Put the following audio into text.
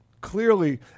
Clearly